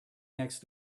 next